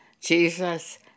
Jesus